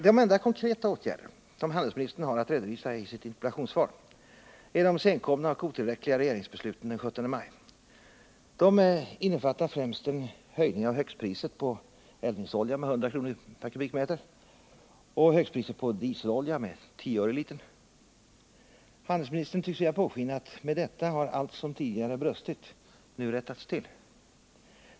De enda konkreta åtgärder som handelsministern har att redovisa i sitt interpellationssvar är de senkomna och otillräckliga regeringsbesluten den 17 maj. De innefattar främst en höjning av högstpriset på eldningsolja med 100 kr. l. Handelsministern tycks vilja låta påskina att med detta har allt som tidigare brustit rättats till.